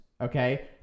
okay